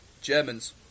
Germans